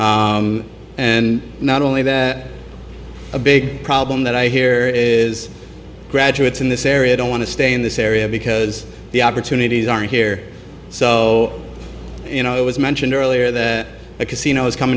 advertising and not only that a big problem that i hear is graduates in this area don't want to stay in this area because the opportunities are here so you know it was mentioned earlier that a casino is com